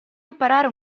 imparare